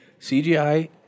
CGI